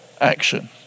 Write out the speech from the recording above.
action